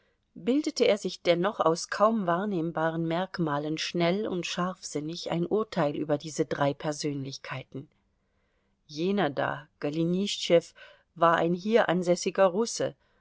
bildete er sich dennoch aus kaum wahrnehmbaren merkmalen schnell und scharfsinnig ein urteil über diese drei persönlichkeiten jener da golenischtschew war ein hier ansässiger russe